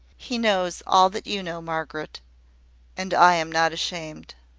he knows all that you know, margaret and i am not ashamed.